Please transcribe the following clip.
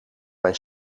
mijn